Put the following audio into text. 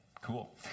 Cool